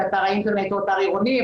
ואתר האינטרנט הוא אתר עירוני,